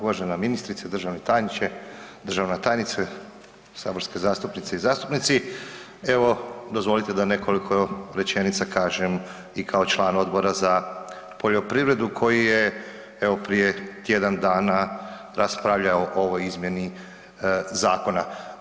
Uvažena ministrice, državni tajniče, državna tajnice, saborske zastupnice i zastupnici evo dozvolite da nekoliko rečenica kažem i kao član Odbora za poljoprivredu koji je evo prije tjedan dana raspravljao o ovoj izmjeni zakona.